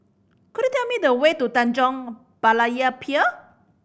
could you tell me the way to Tanjong Berlayer Pier